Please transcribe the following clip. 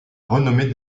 renommée